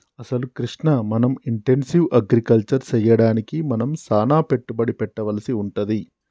అసలు కృష్ణ మనం intensive agriculture సెయ్యడానికి మనం సానా పెట్టుబడి పెట్టవలసి వుంటది